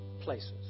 places